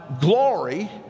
glory